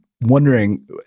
wondering